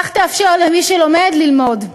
כך תאפשר למי שלומד ללמוד.